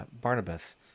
Barnabas